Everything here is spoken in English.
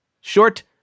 short